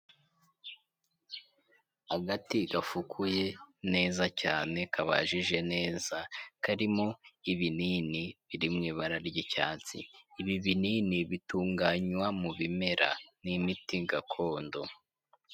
Agati gafukuye neza cyane kabajije neza karimo ibinini biri mu ibara ry'icyatsi, ibi binini bitunganywa mu bimera ni imiti gakondo.